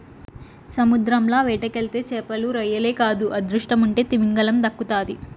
సముద్రంల వేటకెళ్తే చేపలు, రొయ్యలే కాదు అదృష్టముంటే తిమింగలం దక్కతాది